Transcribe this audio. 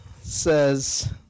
says